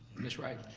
ms. wright?